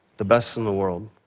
the best in the world.